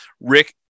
Rick